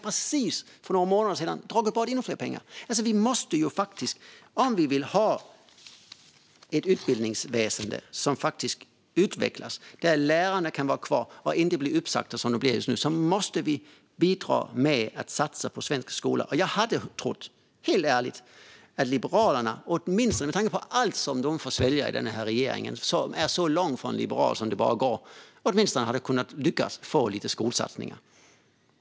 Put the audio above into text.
Men för några månader sedan drog man precis bort ännu mer pengar. Om vi vill ha ett utbildningsväsen som utvecklas och där lärarna kan vara kvar och inte bli uppsagda, som de blir just nu, måste vi bidra med att satsa på svensk skola. Jag hade helt ärligt trott att Liberalerna - med tanke på allt som de får svälja i den här regeringen, som är så långt från liberal som det bara går - åtminstone skulle lyckas få igenom lite skolsatsningar.